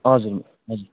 हजुर